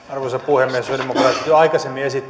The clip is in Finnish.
arvoisa puhemies sosialidemokraatit jo aikaisemmin